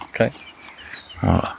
Okay